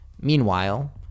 Meanwhile